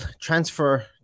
transfer